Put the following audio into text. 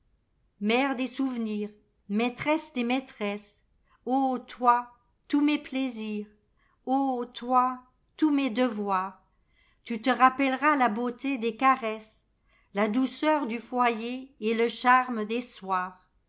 mère des souvenirs maîtresse des maîtresses toi tous mes plaisirs ô toi tous mes devoirs tu te rappelleras la beauté des caresses la douceur du foyer et le charme des soirs